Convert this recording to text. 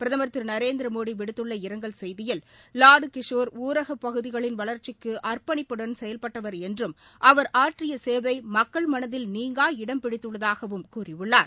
பிரதமர் திரு நரேந்திரமோடி விடுத்துள்ள இரங்கல் செய்தியில் வாடு கிஷோர் ஊரக பகுதிகளின் வளர்ச்சிக்கு அர்ப்பணிப்புடன் செயல்பட்டவர் என்றும் அவர் ஆற்றிய சேவை மக்கள் மனதில் நீங்கா இடம்ப பிடித்துள்ளதாகவும் கூறியுள்ளார்